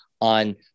on